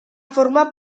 formar